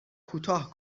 کوتاه